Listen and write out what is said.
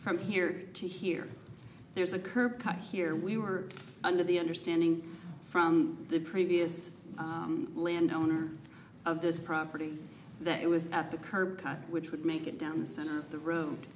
from here to here there's a curb cut here we were under the understanding from the previous land owner of this property that it was at the curb cut which would make it down the center of the ro